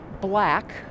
black